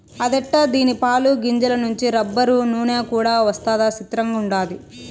అదెట్టా దీని పాలు, గింజల నుంచి రబ్బరు, నూన కూడా వస్తదా సిత్రంగుండాది